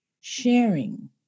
sharing